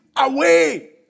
away